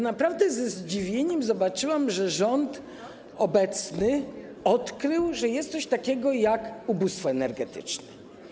Naprawdę ze zdziwieniem zobaczyłam, że obecny rząd odkrył, że jest coś takiego jak ubóstwo energetyczne.